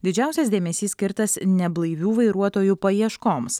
didžiausias dėmesys skirtas neblaivių vairuotojų paieškoms